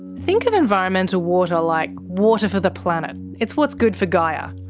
think of environmental water like water for the planet. it's what's good for gaia.